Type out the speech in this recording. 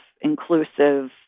inclusive